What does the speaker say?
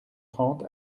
trente